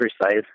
precise